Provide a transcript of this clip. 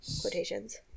Quotations